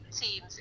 teams